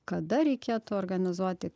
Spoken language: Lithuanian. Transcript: kada reikėtų organizuoti